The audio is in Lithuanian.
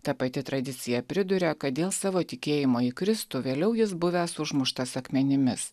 ta pati tradicija priduria kad dėl savo tikėjimo į kristų vėliau jis buvęs užmuštas akmenimis